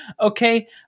okay